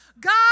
God